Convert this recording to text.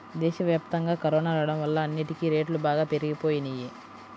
దేశవ్యాప్తంగా కరోనా రాడం వల్ల అన్నిటికీ రేట్లు బాగా పెరిగిపోయినియ్యి